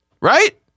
right